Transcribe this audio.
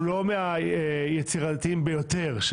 חבר הכנסת קרעי הוא לא מהיצירתיים ביותר שבהם,